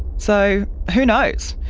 so who knows?